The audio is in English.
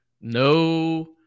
no